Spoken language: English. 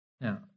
Now